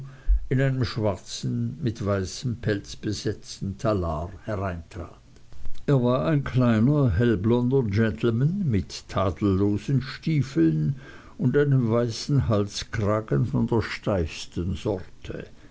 in einem schwarzen mit weißem pelz besetzten talar hereintrat er war ein kleiner hellblonder gentleman mit tadellosen stiefeln und einem weißen halskragen von der steifsten sorte